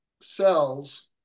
cells